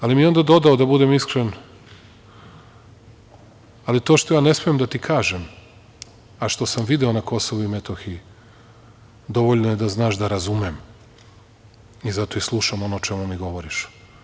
Ali mi je onda dodao, da budem iskren – ali to što ja ne smem da ti kažem, a što sam video na Kosovu i Metohiji dovoljno je da znaš da razumem i zato i slušam ono o čemu mi govoriš.